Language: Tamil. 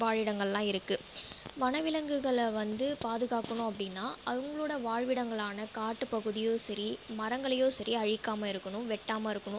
வாழிடங்களலாம் இருக்கு வனவிலங்குகளை வந்து பாதுகாக்கணும் அப்படினா அவங்களோட வாழ்விடங்களான காட்டு பகுதியையோ சரி மரங்களையோ சரி அழிக்காமல் இருக்கணும் வெட்டாமல் இருக்கணும்